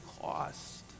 cost